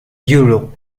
euro